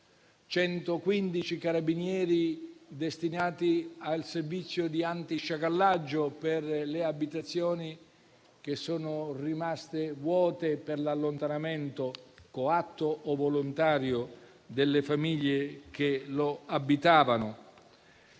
(115 carabinieri destinati al servizio antisciacallaggio per le abitazioni che sono rimaste vuote per l'allontanamento coatto o volontario delle famiglie che le abitavano),